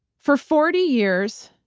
for forty years,